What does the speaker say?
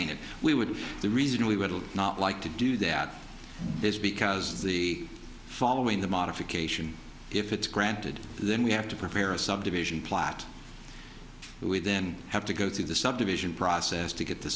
doing it we would the reason we would not like to do that is because the following the modification if it's granted then we have to prepare a subdivision plat and we then have to go through the subdivision process to get the